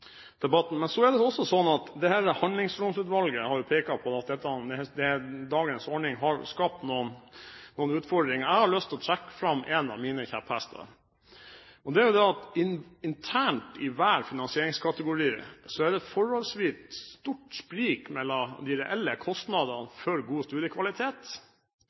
har pekt på at dagens ordning har skapt noen utfordringer. Jeg har lyst til å trekke fram en av mine kjepphester. Det er at internt i hver finansieringskategori er det et forholdsvis stort sprik mellom de reelle kostnadene for god studiekvalitet,